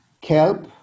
kelp